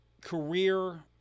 career